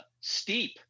steep